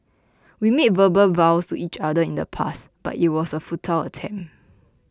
we made verbal vows to each other in the past but it was a futile attempt